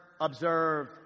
observe